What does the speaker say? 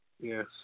Yes